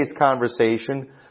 conversation